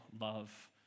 love